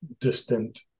distant